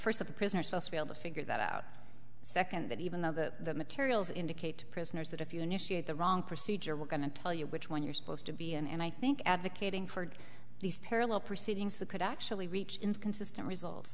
first of the prisoners must be able to figure that out second that even though the materials indicate prisoners that if you initiate the wrong procedure we're going to tell you which one you're supposed to be in and i think advocating for these parallel proceedings that could actually reach inconsistent result